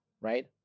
right